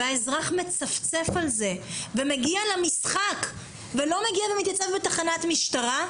והאזרח מצפצף על זה ומגיע למשחק ולא מתייצב בתחנת משטרה.